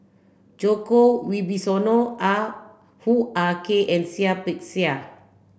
Djoko Wibisono Ah Hoo Ah Kay and Seah Peck Seah